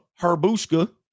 Herbushka